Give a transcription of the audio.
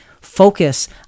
Focus